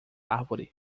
árvore